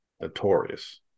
Notorious